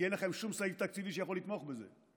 כי אין לכם שום סעיף תקציבי שיכול לתמוך בזה,